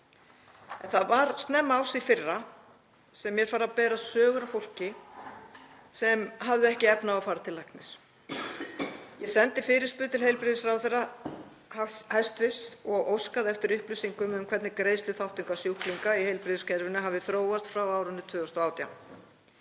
Það var snemma árs í fyrra sem mér fara að berast sögur af fólki sem hafði ekki efni á að fara til læknis. Ég sendi fyrirspurn til hæstv. heilbrigðisráðherra og óskaði eftir upplýsingum um hvernig greiðsluþátttaka sjúklinga í heilbrigðiskerfinu hafi þróast frá árinu 2018.